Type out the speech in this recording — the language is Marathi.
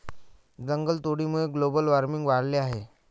जंगलतोडीमुळे ग्लोबल वार्मिंग वाढले आहे